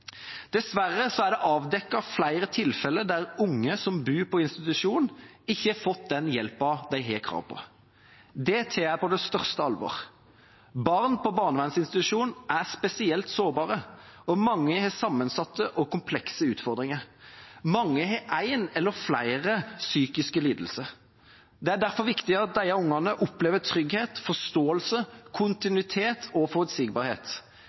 er det avdekket flere tilfeller der unge som bor på institusjon, ikke har fått den hjelpen de har krav på. Det tar jeg på det største alvor. Barn på barnevernsinstitusjon er spesielt sårbare, og mange har sammensatte og komplekse utfordringer. Mange har en eller flere psykiske lidelser. Det er derfor viktig at disse ungene opplever trygghet, forståelse, kontinuitet og forutsigbarhet.